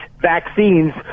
vaccines